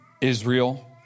Israel